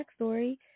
Backstory